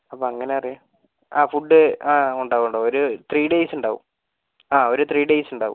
അപ്പോൾ അങ്ങനെ അറിയാം ആ ഫുഡ് ആ ആ ഉണ്ടാകും ഉണ്ടാകും ഒരു ത്രീ ഡേയ്സ് ഉണ്ടാകും ആ ഒരു ത്രീ ഡേയ്സ് ഉണ്ടാകും